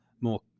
more